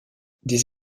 des